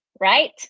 right